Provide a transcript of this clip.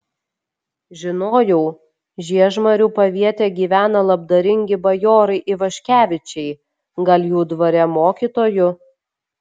žinojau žiežmarių paviete gyvena labdaringi bajorai ivaškevičiai gal jų dvare mokytoju